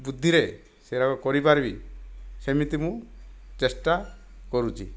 ବୁଦ୍ଧିରେ ସେଟାକୁ କରି ପାରିବି ସେମିତି ମୁଁ ଚେଷ୍ଟା କରୁଛି